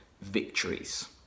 victories